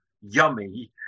yummy